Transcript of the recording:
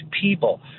people